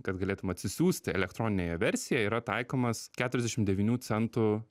kad galėtum atsisiųsti elektroninę jo versiją yra taikomas keturiasdešim devynių centų